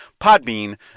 Podbean